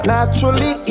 Naturally